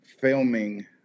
filming